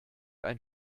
ein